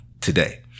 today